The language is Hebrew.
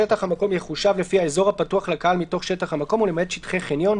שטח המקום יחושב לפי האזור הפתוח לקהל מתוך שטח המקום ולמעט שטחי חניון,